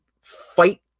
fight